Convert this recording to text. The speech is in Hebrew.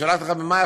שלחתי לך במאי,